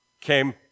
came